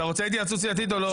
אתה רוצה התייעצות סיעתית או לא,